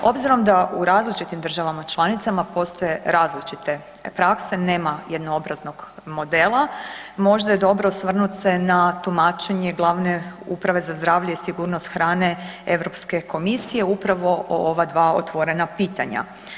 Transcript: Obzirom da u različitim državama članicama postoje različite prakse, nema jednoobraznog modela, možda je dobro osvrnut se na tumačenje Glavne uprave za zdravlje i sigurnost hrane Europske komisije upravo o ova dva otvorena pitanja.